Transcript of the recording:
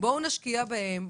ובואו נשקיע בהם.